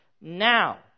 now